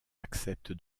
accepte